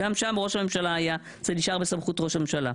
אז גם שם זה נשאר בסמכות ראש הממשלה.